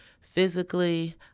physically